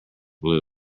blue